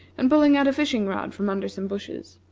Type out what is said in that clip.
and pulling out a fishing-rod from under some bushes.